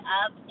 up